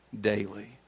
daily